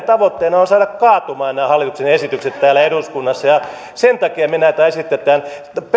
tavoitteenamme on saada kaatumaan nämä hallituksen esitykset täällä eduskunnassa ja sen takia me tätä esitämme